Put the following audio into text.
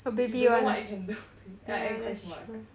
you don't know what it can do to you yeah like quite small